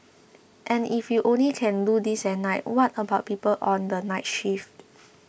and if you only can do this at night what about people on the night shift